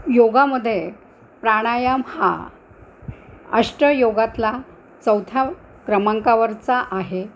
योगामध्ये प्राणायाम हा अष्टयोगातला चौथ्या क्रमांकावरचा आहे